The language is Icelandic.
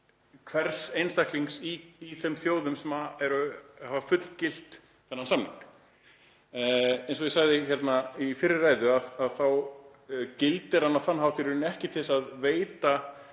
hvers einstaklings hjá þeim þjóðum sem hafa fullgilt þennan samning. Eins og ég sagði í fyrri ræðu þá gildir hann í raun ekki til að veita